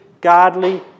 godly